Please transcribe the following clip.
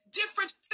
different